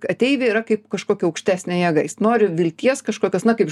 ateiviai yra kaip kažkokia aukštesnė jėga jis nori vilties kažkokios na kaip